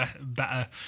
better